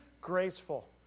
graceful